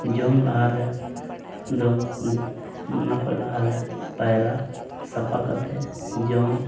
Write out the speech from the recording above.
ᱡᱚᱢ ᱞᱟᱦᱟᱨᱮ ᱫᱚ ᱚᱱᱟ ᱠᱷᱚᱱ ᱞᱟᱦᱟᱨᱮ ᱯᱟᱭᱨᱟ ᱥᱟᱯᱷᱟ ᱠᱟᱛᱮᱫ ᱡᱚᱢ